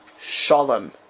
Shalom